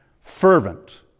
Fervent